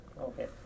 okay